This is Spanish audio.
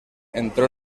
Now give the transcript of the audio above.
entró